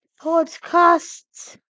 podcasts